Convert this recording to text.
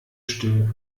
still